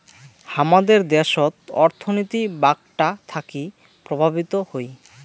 হামাদের দ্যাশোত অর্থনীতি বাঁকটা থাকি প্রভাবিত হই